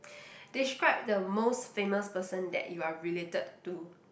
describe the most famous person that you are related to